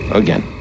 again